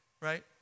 Right